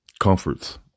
Comforts